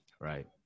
Right